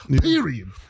Period